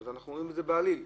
אנחנו רואים את זה בעליל,